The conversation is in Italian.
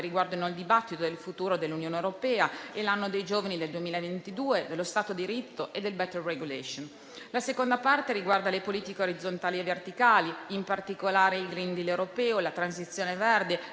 riguardano il dibattito sul futuro dell'Unione europea, sull'anno dei giovani del 2022, sullo Stato di diritto e sulla *better regulation*. La seconda parte riguarda le politiche orizzontali e verticali, in particolare il Green Deal europeo, la transizione verde,